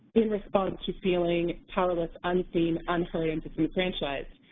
in response to feeling powerless, unseen, unheard, and disenfranchised.